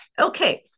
Okay